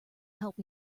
help